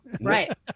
Right